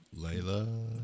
Layla